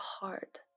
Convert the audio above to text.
heart